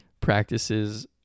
practices